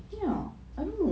ya I mean